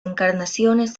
encarnaciones